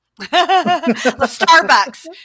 Starbucks